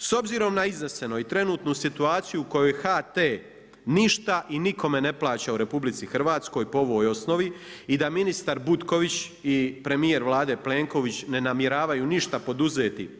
S obzirom na izneseno i trenutnu situaciju u kojoj HT ništa i nikome ne plaća u RH po ovoj osnovi i da ministar Butković i premijer Vlade Plenković ne namjeravaju ništa poduzeti